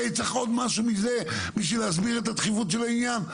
צריך עוד משהו מזה בשביל להסביר את הדחיפות של העניין?